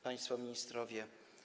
Państwo Ministrowie!